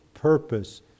purpose